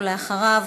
ולאחריו,